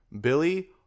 billy